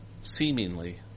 seemingly